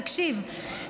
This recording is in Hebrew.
תקשיב,